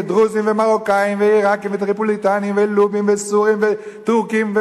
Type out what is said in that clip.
וצ'רקסים ודרוזים ומרוקאים ועירקים וטריפוליטאים ולובים וסורים וטורקים,